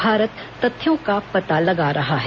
भारत तथ्यों का पता लगा रहा है